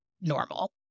normal